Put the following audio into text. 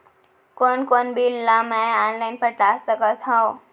कोन कोन बिल ला मैं ऑनलाइन पटा सकत हव?